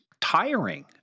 tiring